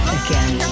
again